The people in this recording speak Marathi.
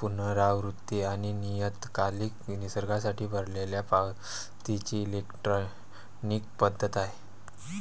पुनरावृत्ती आणि नियतकालिक निसर्गासाठी भरलेल्या पावतीची इलेक्ट्रॉनिक पद्धत आहे